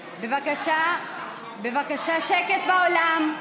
בבקשה, בבקשה, שקט באולם.